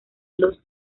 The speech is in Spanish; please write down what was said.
los